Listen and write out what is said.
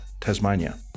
Tasmania